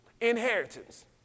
Inheritance